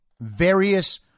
various